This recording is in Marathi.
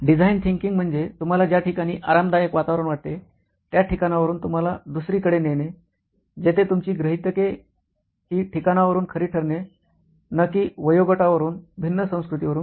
डिझाईन थिंकींग म्हणजे तुम्हाला ज्या ठिकाणी आरामदायक वातवरण वाटते त्या ठिकाणावरून तुम्हाला दुसरीकडे नेने जेथे तुमची गृहितके हि ठिकाणा वरून खरी ठरणे न कि वयोगटावरून भिन्न संस्कृतीवरून